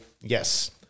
yes